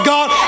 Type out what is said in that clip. God